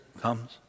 comes